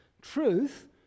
truth